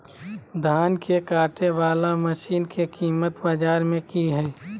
धान के कटे बाला मसीन के कीमत बाजार में की हाय?